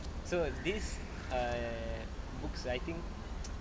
so this err books I think